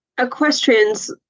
equestrians